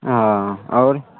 हँ आओर